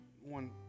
one